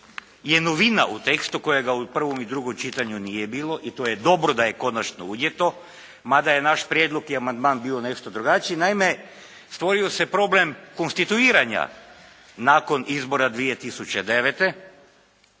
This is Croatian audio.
je novina u tekstu kojega u prvom i drugom čitanju nije bilo i to je dobro da je konačno unijeto mada je naš prijedlog i amandman bio nešto drugačiji. Naime stvorio se problem konstituiranja nakon izbora 2009.